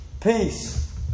peace